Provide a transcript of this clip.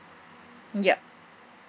yup